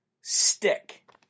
Stick